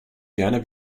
gerne